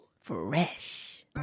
Fresh